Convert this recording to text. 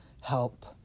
help